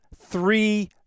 three